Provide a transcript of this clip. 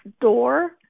door